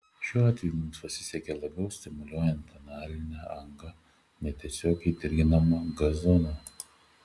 šiuo atveju mums pasisekė labiau stimuliuojant analinę angą netiesiogiai dirginama g zona